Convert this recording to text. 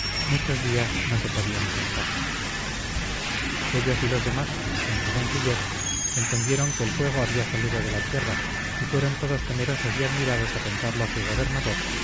muchos días no se podían sentar ellos y los demás con su sencillez entendieron que el fuego había salido de la tierra y fueron todos temerosos y admirados a contarlo a su gobernador